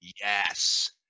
Yes